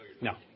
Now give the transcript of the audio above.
No